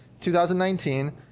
2019